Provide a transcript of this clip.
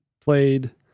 played –